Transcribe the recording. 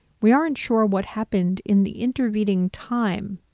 we aren't sure what happened in the intervening time,